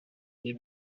des